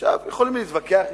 עכשיו יכולים להתווכח אתנו,